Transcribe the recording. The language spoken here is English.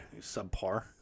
Subpar